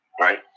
Right